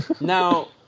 Now